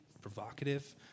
provocative